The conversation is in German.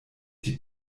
die